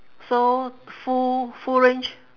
so full full range